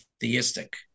theistic